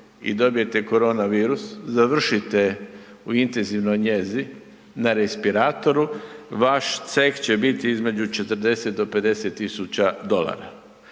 i dobijete koronavirus, završite u intenzivnoj njezi na respiratoru, vaš ceh će biti između 40 do 50 tisuća dolara.